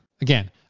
Again